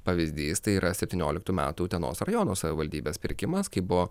pavyzdys tai yra septynioliktų metų utenos rajono savivaldybės pirkimas kai buvo